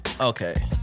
Okay